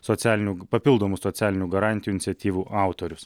socialinių papildomų socialinių garantijų iniciatyvų autorius